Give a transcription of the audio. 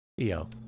EO